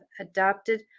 adopted